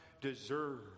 deserve